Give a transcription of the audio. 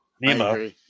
Nemo